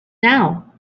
now